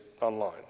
online